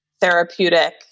therapeutic